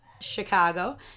Chicago